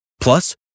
Plus